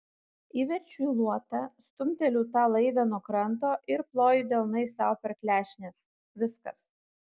įverčiu į luotą stumteliu tą laivę nuo kranto ir ploju delnais sau per klešnes viskas